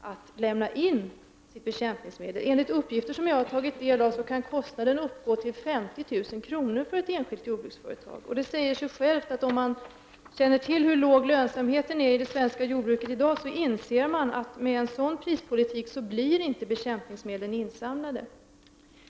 att lämna in sina bekämpningsmedel. Enligt uppgifter som jag har tagit del av kan kostnaden uppgå till 50 000 kr. för ett enskilt jordbruksföretag, och om man känner till hur låg lönsamheten är i det svenska jordbruket i dag så inser man att bekämpningsmedlen inte blir insamlade med en sådan prispolitik.